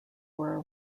were